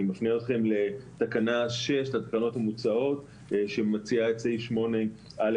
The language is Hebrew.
אני מפנה אתכם לתקנה 6 לתקנות המוצעות שמציעה את סעיף 8א1(א),